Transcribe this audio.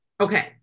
Okay